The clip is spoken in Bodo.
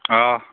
अ